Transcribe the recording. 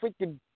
freaking